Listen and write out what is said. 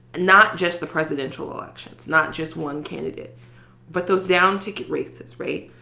not just the presidential elections, not just one candidate but those down-ticket races. right?